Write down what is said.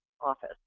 office